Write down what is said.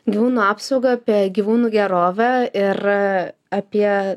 gyvūnų apsaugą apie gyvūnų gerovę ir apie